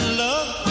love